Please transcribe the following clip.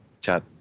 chat